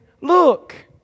look